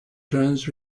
turns